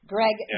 Greg